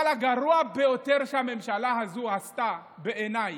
אבל הגרוע ביותר שהממשלה הזאת עשתה, בעיניי,